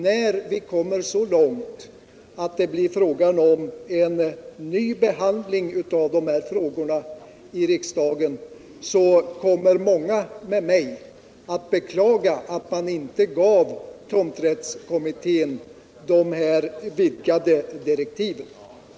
När vi kommer så långt att det blir fråga om en ny behandling av dessa frågor i riksdagen kommer många med mig att : beklaga att man inte gav tomträttskommittén vidgade direktiv. Överläggningen var härmed slutad. den det ej vill röstar nej.